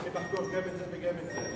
צריך לחקור גם את זה וגם את זה.